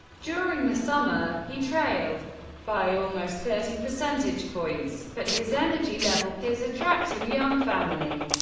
during the summer, he trailed by almost thirty percentage points, but his energy level, his attractive young family,